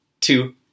two